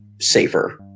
safer